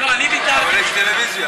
מיקי לוי מוותר?